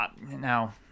now